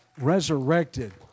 Resurrected